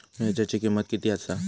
मिरच्यांची किंमत किती आसा?